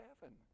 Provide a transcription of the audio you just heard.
heaven